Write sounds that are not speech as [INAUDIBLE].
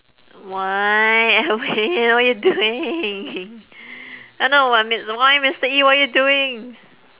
why edwin what are you doing [LAUGHS] ah no I mean why mister E what you doing